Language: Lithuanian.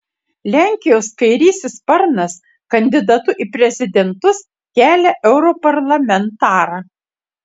lenkijos kairysis sparnas kandidatu į prezidentus kelia europarlamentarą